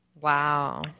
Wow